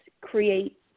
create